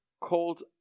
called